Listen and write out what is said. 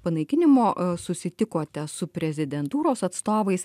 panaikinimo susitikote su prezidentūros atstovais